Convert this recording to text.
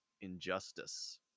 injustice